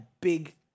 big